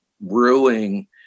brewing